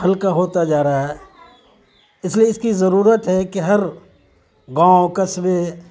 ہلکا ہوتا جا رہا ہے اس لیے اس کی ضرورت ہے کہ ہر گاؤں قصبے